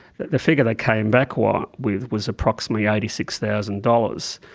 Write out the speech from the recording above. the the figure they came back um ah with was approximately eighty six thousand dollars.